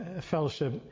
fellowship